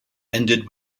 ended